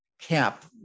cap